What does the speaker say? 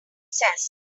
says